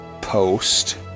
post